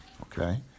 okay